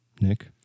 Nick